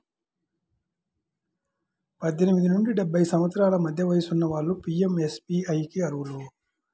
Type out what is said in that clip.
పద్దెనిమిది నుండి డెబ్బై సంవత్సరాల మధ్య వయసున్న వాళ్ళు పీయంఎస్బీఐకి అర్హులు